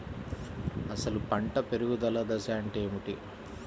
అసలు పంట పెరుగుదల దశ అంటే ఏమిటి?